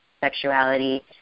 sexuality